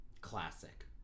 Classic